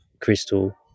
crystal